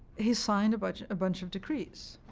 he signed a bunch bunch of decrees.